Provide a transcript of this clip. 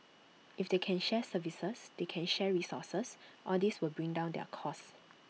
if they can share services they can share resources all these will bring down their cost